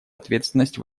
ответственность